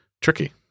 tricky